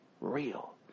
real